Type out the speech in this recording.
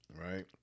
right